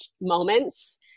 moments